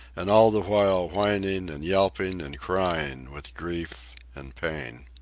and all the while whining and yelping and crying with grief and pain.